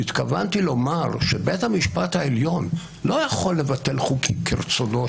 והתכוונתי לומר שבית המשפט העליון לא יכול לבטל חוקים כרצונו,